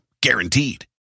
guaranteed